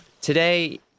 today